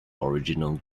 original